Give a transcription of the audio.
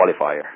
qualifier